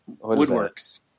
Woodworks